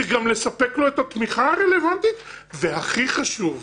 זה גם לספק לו את התמיכה הרלוונטית והכי חשוב,